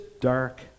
dark